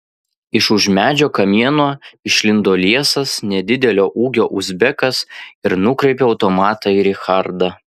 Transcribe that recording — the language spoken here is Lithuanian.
iš už medžio kamieno išlindo liesas nedidelio ūgio uzbekas ir nukreipė automatą į richardą